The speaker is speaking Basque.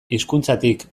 hizkuntzatik